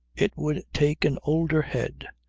it would take an older head.